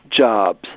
jobs